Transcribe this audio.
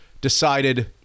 decided